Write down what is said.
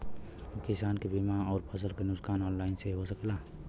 किसान के बीमा अउर फसल के नुकसान ऑनलाइन से हो सकेला?